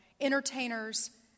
entertainers